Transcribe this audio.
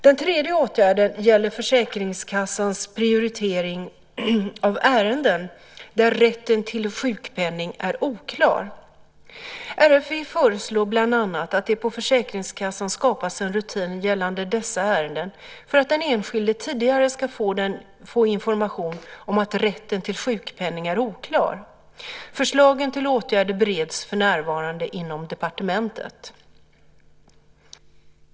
Den tredje åtgärden gäller försäkringskassans prioritering av ärenden där rätten till sjukpenning är oklar. RFV föreslår bland annat att det på försäkringskassan skapas en rutin gällande dessa ärenden för att den enskilde tidigare ska få information om att rätten till sjukpenning är oklar. Förslagen till åtgärder bereds för närvarande inom departementet.